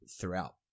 throughout